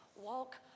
Walk